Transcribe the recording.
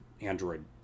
android